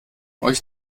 euch